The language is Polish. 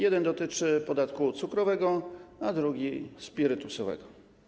Jeden dotyczy podatku cukrowego, a drugi spirytusowego.